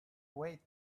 wait